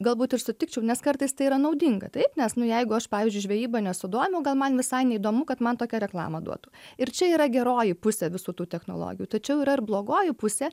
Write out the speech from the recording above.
galbūt ir sutikčiau nes kartais tai yra naudinga taip nes nu jeigu aš pavyzdžiui žvejyba nesiduomiu gal man visai neįdomu kad man tokią reklamą duotų ir čia yra geroji pusė visų tų technologijų tačiau yra ir blogoji pusė